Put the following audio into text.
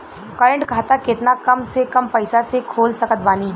Current खाता केतना कम से कम पईसा से खोल सकत बानी?